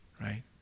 Right